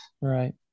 Right